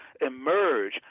emerge